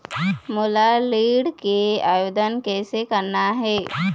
मोला ऋण के आवेदन कैसे करना हे?